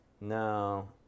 No